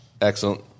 Excellent